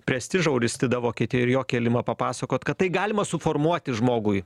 prestižą auristida vokietijoj ir jo kėlimą papasakot kad tai galima suformuoti žmogui